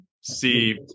see